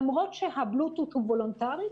למרות שהבלוטות' הוא וולונטרי,